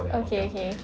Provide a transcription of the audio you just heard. okay okay